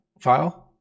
file